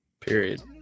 period